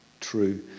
true